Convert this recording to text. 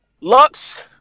Lux